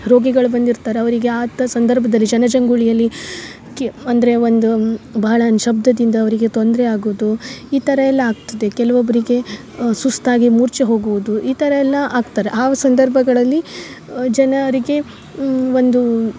ರೋಗಿಗಳು ಬಂದಿರ್ತಾರೆ ಅವರಿಗೆ ಆತ ಸಂದರ್ಭದಲ್ಲಿ ಜನ ಜಂಗುಳಿಯಲ್ಲಿ ಕಿ ಅಂದರೆ ಒಂದು ಬಹಳ ನಿಶಬ್ದದಿಂದ ಅವರಿಗೆ ತೊಂದರೆ ಆಗುದು ಈ ಥರ ಎಲ್ಲಾ ಆಗ್ತದೆ ಕೆಲವೊಬ್ಬರಿಗೆ ಸುಸ್ತಾಗಿ ಮೂರ್ಚೆ ಹೋಗುವುದು ಈ ಥರ ಎಲ್ಲಾ ಆಗ್ತಾರೆ ಆ ಸಂದರ್ಭಗಳಲ್ಲಿ ಜನರಿಗೆ ಒಂದು